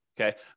Okay